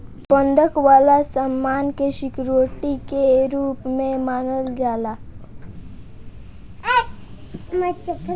बंधक वाला सामान के सिक्योरिटी के रूप में मानल जाला